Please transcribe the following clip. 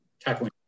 tackling